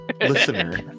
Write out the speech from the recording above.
listener